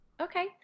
Okay